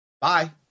bye